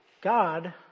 God